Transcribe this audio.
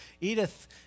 Edith